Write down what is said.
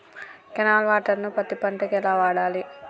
Canal water ను పత్తి పంట కి ఎలా వాడాలి?